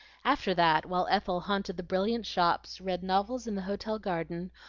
after that, while ethel haunted the brilliant shops, read novels in the hotel-garden,